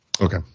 Okay